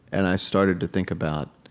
and i started to think about,